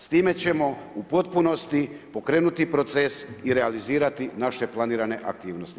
S time ćemo u potpunosti pokrenuti proces i realizirati naše planirane aktivnosti.